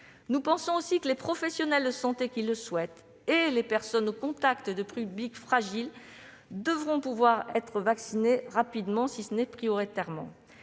Nous pensons aussi que les professionnels de santé qui le souhaitent et les personnes au contact de publics fragiles devront pouvoir être vaccinés rapidement, si ce n'est prioritairement.